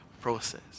process